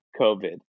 COVID